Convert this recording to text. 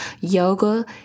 yoga